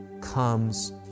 comes